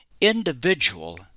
individual